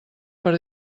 per